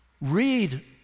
Read